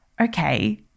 okay